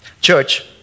Church